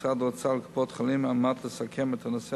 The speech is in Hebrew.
משרד האוצר וקופות-החולים על מנת לסכם את הנושא